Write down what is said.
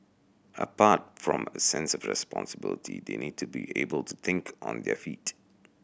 apart from a sense of responsibility they need to be able to think on their feet